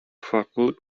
farklılık